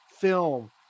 film